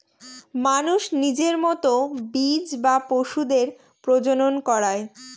মানুষ নিজের মতো বীজ বা পশুদের প্রজনন করায়